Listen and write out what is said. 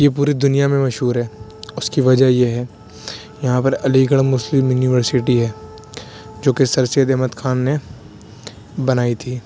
یہ پوری دنیا میں مشہور ہے اس کی وجہ یہ ہے یہاں پر علی گڑھ مسلم یونیورسٹی ہے جو کہ سر سید احمد خان نے بنائی تھی